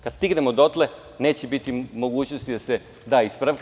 Kada stignemo dotle neće biti mogućnosti da se da ispravka.